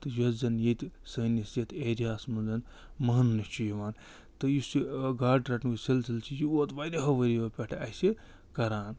تہٕ یۄس زَنہٕ ییٚتہِ سٲنِس یَتھ ایرِیاہَس منٛز مانٛنہٕ چھِ یِوان تہٕ یُس یہِ گاڈٕ رٹنُک سِلسلہٕ چھِ یہِ ووت واریاہَو ؤرِیو پٮ۪ٹھ اَسہِ کران